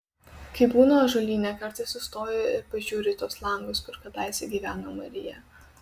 kai būnu ąžuolyne kartais sustoju ir pažiūriu į tuos langus kur kadaise gyveno marija